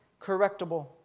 correctable